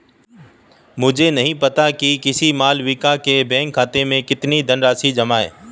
मुझे नही पता कि किसी मालविका के बैंक खाते में कितनी धनराशि जमा है